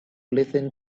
listen